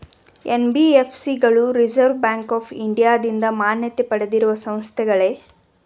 NBFC ಗಳು Reserve Bank of ಇಂಡಿಯಾದಿಂದ ಮಾನ್ಯತೆ ಪಡೆದಿರುವ ಸಂಸ್ಥೆಗಳೇ?